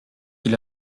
ils